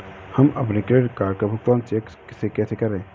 हम अपने credit card का भुगतान चेक से कैसे करें?